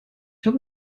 habe